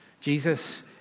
Jesus